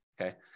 okay